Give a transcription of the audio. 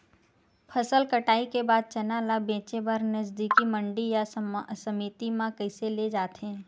फसल कटाई के बाद चना ला बेचे बर नजदीकी मंडी या समिति मा कइसे ले जाथे?